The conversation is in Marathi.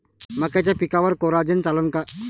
मक्याच्या पिकावर कोराजेन चालन का?